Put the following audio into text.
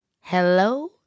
Hello